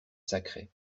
sacrait